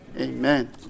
Amen